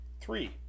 Three